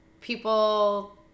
people